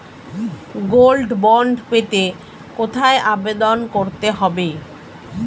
Gold bond পেতে কোথায় আবেদন করতে হবে?